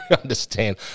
understand